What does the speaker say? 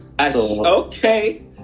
Okay